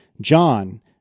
John